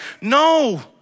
No